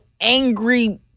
angry